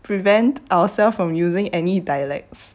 prevent ourselves from using any dialects